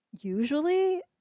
usually